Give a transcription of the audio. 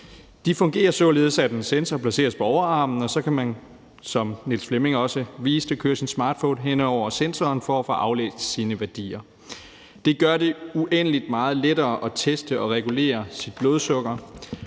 De fungerer således, at en sensor placeres på overarmen, og så kan man, som Niels Flemming Hansen også viste, køre sin smartphone hen over sensoren for at få aflæst sine værdier. Det gør det uendelig meget lettere at teste og regulere sit blodsukker,